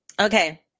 Okay